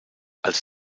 als